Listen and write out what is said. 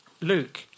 Luke